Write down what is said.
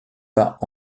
pas